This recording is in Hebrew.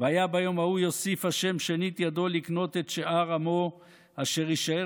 "והיה ביום ההוא יוסיף ה' שנית ידו לקנות את שאר עמו אשר ישאר